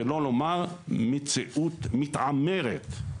שלא נאמר מציאות מתעמרת.